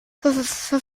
für